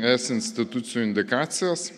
es institucijų indikacijas